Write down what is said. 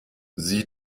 sie